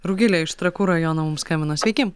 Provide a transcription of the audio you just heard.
rugilė iš trakų rajono mums skambino sveiki